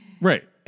Right